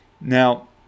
Now